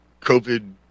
covid